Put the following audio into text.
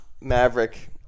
Maverick